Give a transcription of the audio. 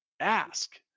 ask